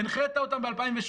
הנחית אותם ב-2017.